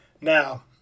Now